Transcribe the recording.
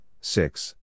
six